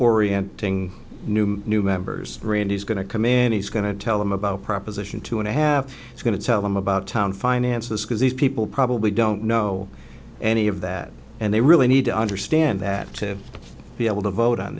orienting new new members randy's going to come in he's going to tell them about proposition two and a half is going to tell them about town finances because these people probably don't know any of that and they really need to understand that to be able to vote on